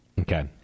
Okay